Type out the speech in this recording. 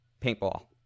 Paintball